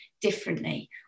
differently